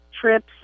trips